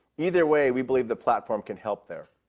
either way, we believe the platform can help there.